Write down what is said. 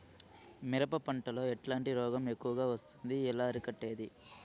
మిరప పంట లో ఎట్లాంటి రోగం ఎక్కువగా వస్తుంది? ఎలా అరికట్టేది?